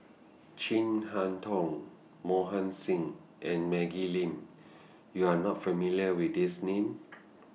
Chin Harn Tong Mohan Singh and Maggie Lim YOU Are not familiar with These Names